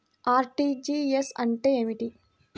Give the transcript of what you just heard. RTGS అంటే ఏమిటి?